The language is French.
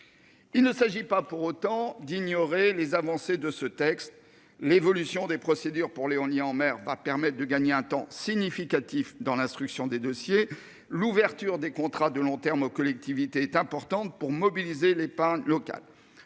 Il ne s'agit pas pour autant d'ignorer les avancées de ce texte, l'évolution des procédures pour l'éolien en mer va permettent de gagner un temps significatif dans l'instruction des dossiers. L'ouverture des contrats de long terme aux collectivités est importante pour mobiliser l'épargne locale,